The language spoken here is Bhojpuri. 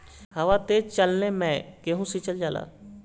हवा तेज चलले मै गेहू सिचल जाला?